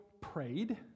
prayed